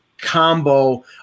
combo